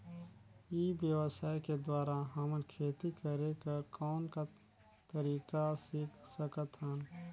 ई व्यवसाय के द्वारा हमन खेती करे कर कौन का तरीका सीख सकत हन?